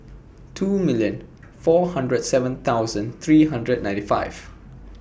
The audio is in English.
two million four hundred and seven thousand three hundred ninety five